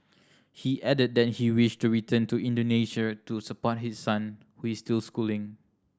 he added that he wished to return to Indonesia to support his son who is still schooling